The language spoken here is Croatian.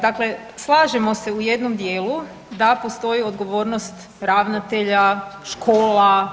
Dakle, slažemo se u jednom dijelu da postoji odgovornost ravnatelja škola.